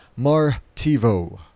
Martivo